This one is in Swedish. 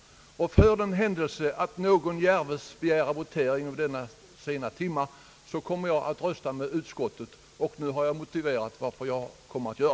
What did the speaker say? För den händelse någon djärves begära votering vid denna sena timme kommer jag att rösta med utskottet, och jag har nu motiverat varför.